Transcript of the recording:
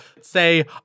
Say